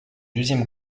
deuxième